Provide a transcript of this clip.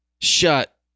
Shut